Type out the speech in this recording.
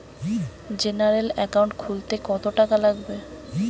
General account খুলতে কত টাকা লাগবে?